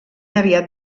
aviat